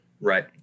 Right